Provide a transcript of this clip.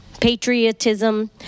patriotism